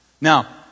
Now